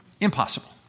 Impossible